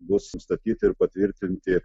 bus nustatyti ir patvirtinti